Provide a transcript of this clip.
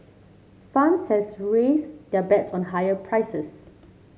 funds has raised their bets on higher prices